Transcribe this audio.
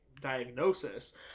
diagnosis